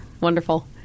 Wonderful